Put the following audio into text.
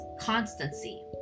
constancy